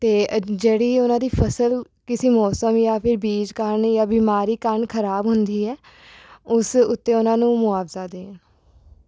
ਅਤੇ ਜਿਹੜੀ ਉਨ੍ਹਾਂ ਦੀ ਫਸਲ ਕਿਸੇ ਮੌਸਮ ਜਾਂ ਫਿਰ ਬੀਜ ਕਾਰਨ ਜਾਂ ਬਿਮਾਰੀ ਕਾਰਨ ਖਰਾਬ ਹੁੰਦੀ ਹੈ ਉਸ ਉੱਤੇ ਉਨ੍ਹਾਂ ਨੂੰ ਮੁਆਵਜ਼ਾ ਦੇਣ